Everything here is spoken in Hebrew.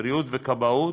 בריאות וכבאות,